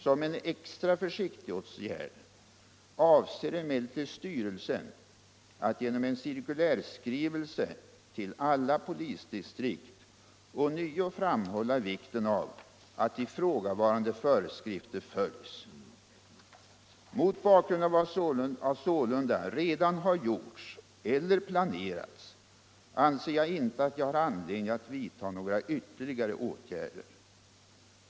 Som en extra försiktighetsåtgärd avser emellertid styrelsen att genom en cirkulärskrivelse till alla polisdistrikt ånyo framhålla vikten av att ifrågavarande föreskrifter följs. Mot bakgrund av vad sålunda redan har gjorts eller planerats anser Jag inte att jag har anledning att vidta några vuerligare åtgärder.